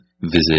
Visit